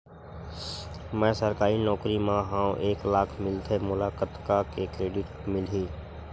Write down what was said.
मैं सरकारी नौकरी मा हाव एक लाख मिलथे मोला कतका के क्रेडिट मिलही?